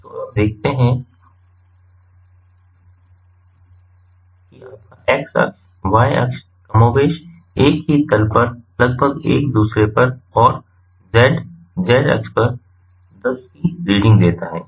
तो आप देखते हैं कि आपका x अक्ष y अक्ष कमोबेश एक ही तल पर लगभग एक दूसरे पर और z z अक्ष दस की रीडिंग देता है